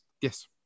Yes